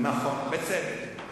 נכון, בצדק.